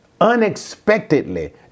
unexpectedly